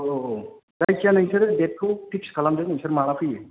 औ औ औ जायखिजाया नोंसोरो देथखौ फिक्स खालामदो नोंसोर माला फैयो